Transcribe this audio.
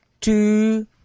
two